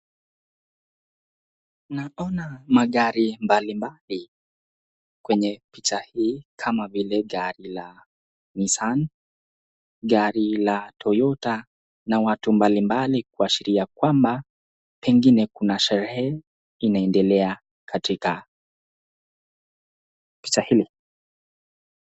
Naona magari mbali mbali kwenye picha hii kama vile gari la (cs)Nissan(cs). Gari la Toyota na watu mbali mbali kuashiria kwamba pengine kuna sherehe inaendela katika picha hili.